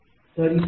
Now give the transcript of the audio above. तर इथे तो 14